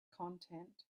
content